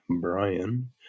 Brian